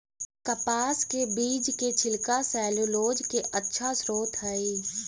कपास के बीज के छिलका सैलूलोज के अच्छा स्रोत हइ